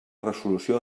resolució